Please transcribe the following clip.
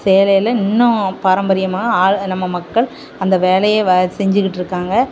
சேலையில் இன்னும் பாரம்பரியமாக ஆள் நம்ம மக்கள் அந்த வேலையை வ செஞ்சிக்கிட்டு இருக்காங்க